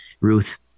ruth